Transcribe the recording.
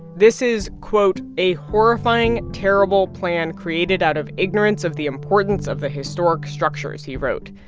this is, quote, a horrifying, terrible plan created out of ignorance of the importance of the historic structures, he wrote.